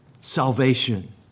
Salvation